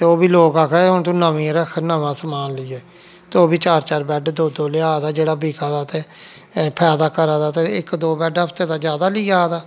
ते ओह् बी लोक आक्खा दे हून तू नमीं रख नमां समान लेइयै ते ओह् बी चार चार बैड्ड दो दो लेहा दा जेह्ड़ा बिका दा ते फायदा करा दे ते इक दो बैड्ड हफ्ते दा जैदा लेई आ दा